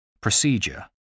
procedure